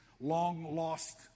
long-lost